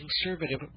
conservative